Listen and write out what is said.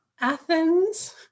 Athens